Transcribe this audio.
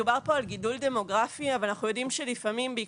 אני לא רואה את ההיגיון הניסוחי שלו אבל אנחנו כתבנו את זה לפי בקשתם.